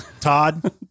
Todd